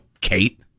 Kate